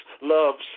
loves